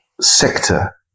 sector